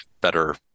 better